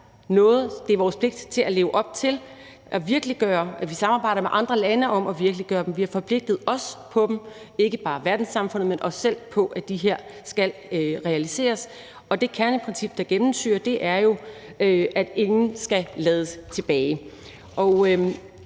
det er vores pligt at leve op til at virkeliggøre og at samarbejde med andre lande om at virkeliggøre. Vi har forpligtet os, ikke bare verdenssamfundet, men også os selv, på, at de her mål skal realiseres, og det kerneprincip, der gennemsyrer det, er jo, at ingen skal lades tilbage.